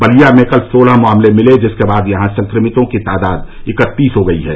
बलिया में कल सोलह मामले मिले जिसके बाद यहां संक्रमितों की तादाद इकत्तीस हो गई है